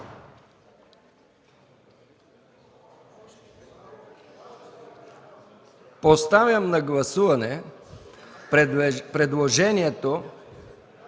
Поставям на гласуване предложението